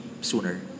sooner